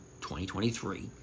2023